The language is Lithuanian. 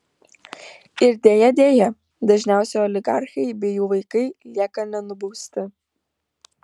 ir deja deja dažniausiai oligarchai bei jų vaikai lieka nenubausti